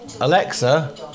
Alexa